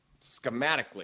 Schematically